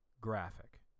Graphic